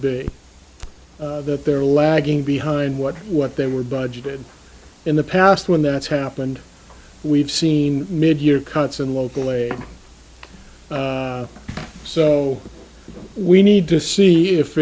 be that they're lagging behind what what they were budgeted in the past when that's happened we've seen mid year cuts in local way so we need to see if